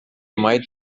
might